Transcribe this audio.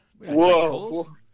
Whoa